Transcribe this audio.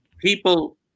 People